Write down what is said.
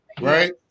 right